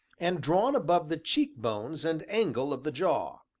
and drawn above the cheek bones and angle of the jaw.